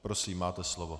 Prosím, máte slovo.